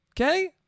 Okay